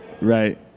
Right